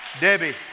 Debbie